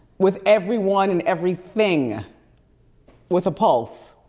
with everyone and everything with a pulse.